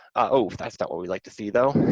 ah that's not what we like to see though.